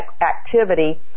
activity